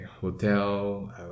hotel